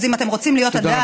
אז אם אתן רוצות להיות עדיין